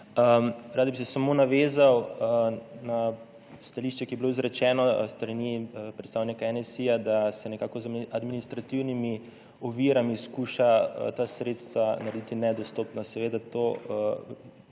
Rad bi se samo navezal na stališče, ki je bilo izrečeno s strani predstavnika NSi, da se nekako z administrativnimi ovirami skuša ta sredstva narediti nedostopna. Seveda to